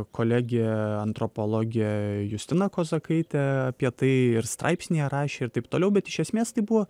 kolegė antropologė justina kozakaitė apie tai ir straipsnyje rašė ir taip toliau bet iš esmės tai buvo